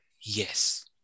Yes